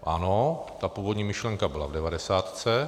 Ano, původní myšlenka byla v devadesátce.